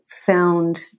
found